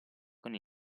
con